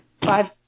five